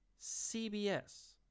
CBS